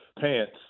pants